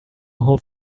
hold